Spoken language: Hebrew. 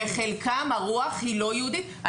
בחלקם הרוח היא לא יהודית.